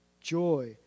Joy